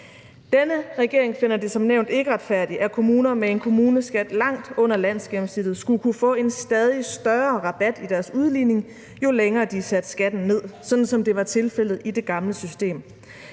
Denne regering finder det som nævnt ikke retfærdigt, at kommuner med en kommuneskat langt under landsgennemsnittet skulle kunne få en stadig større rabat i deres udligning, jo længere de satte skatten ned, sådan som det var tilfældet i det gamle system.